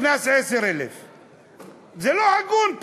קנס 10,000. זה לא הגון,